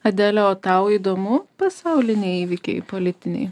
adele o tau įdomu pasauliniai įvykiai politiniai